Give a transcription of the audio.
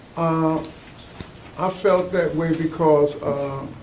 um i felt that way because,